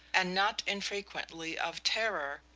and not infrequently of terror,